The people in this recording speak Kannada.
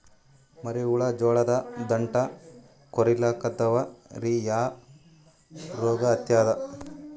ಮರಿ ಹುಳ ಜೋಳದ ದಂಟ ಕೊರಿಲಿಕತ್ತಾವ ರೀ ಯಾ ರೋಗ ಹತ್ಯಾದ?